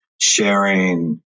Sharing